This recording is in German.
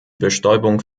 bestäubung